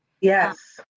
yes